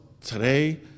today